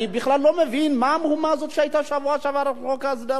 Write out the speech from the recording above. אני בכלל לא מבין מה המהומה הזאת שהיתה בשבוע שעבר על חוק ההסדרה.